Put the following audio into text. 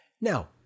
Now